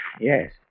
Yes